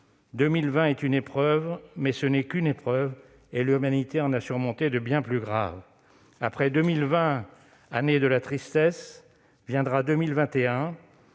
2020 est une épreuve, mais ce n'est qu'une épreuve, et l'humanité en a surmonté de bien plus graves. Après 2020, année de la tristesse, viendra 2021.